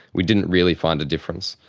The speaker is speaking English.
we didn't really find a difference.